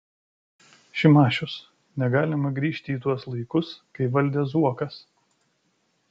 šimašius negalima grįžti į tuos laikus kai valdė zuokas